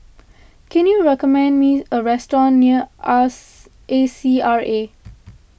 can you recommend me a restaurant near A C R A